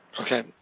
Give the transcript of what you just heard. Okay